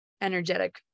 energetic